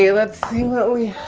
yeah let's see what we